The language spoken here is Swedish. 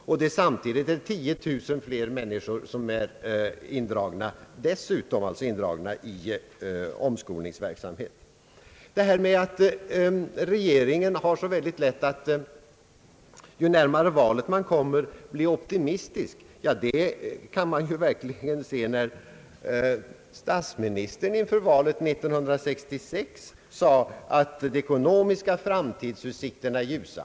Dessutom finns 10000 fler människor placerade i omskolningsverksamhet. Att regeringen har lätt för att bli optimistisk när ett val nalkas — det kan man verkligen konstatera när statsministern inför valet 1966 i en tidningsartikel förklarade att de ekonomiska framtidsutsikterna är ljusa.